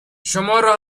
شمارو